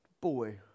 boy